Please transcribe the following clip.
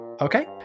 Okay